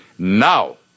Now